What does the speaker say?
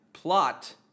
Plot